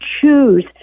choose